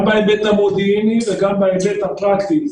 גם בהיבט המודיעיני וגם בהיבט הפרקטי,